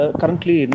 currently